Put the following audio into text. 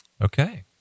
Okay